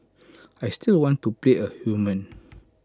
I still want to play A human